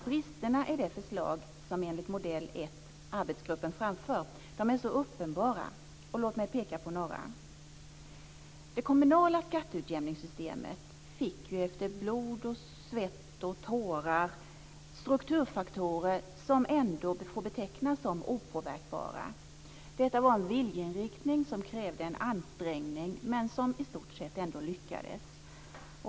Bristerna i det förslag enligt modell ett som arbetsgruppen lägger fram är så uppenbara. Låt mig peka på några. Det kommunala skatteutjämningssystemet fick efter blod, svett och tårar strukturfaktorer som ändå får betecknas som opåverkbara. Detta var en viljeinriktning som krävde en ansträngning men som i stort sett ändå lyckades.